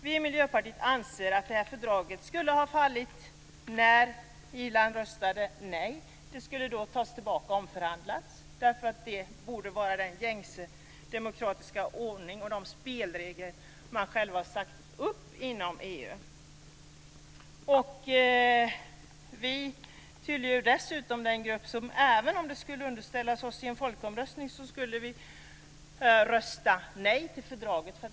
Vi i Miljöpartiet anser att det här fördraget skulle ha fallit när Irland röstade nej. Det skulle då ha tagits tillbaka och omförhandlats. Det borde vara den gängse demokratiska ordningen enligt de spelregler som man själv har satt upp inom Vi tillhör ju dessutom den grupp som, även om det skulle underställas oss i en folkomröstning, skulle rösta nej till fördraget.